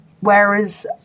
Whereas